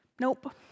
Nope